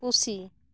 ᱯᱩᱥᱤ